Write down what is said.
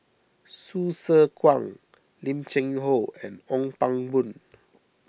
Hsu Tse Kwang Lim Cheng Hoe and Ong Pang Boon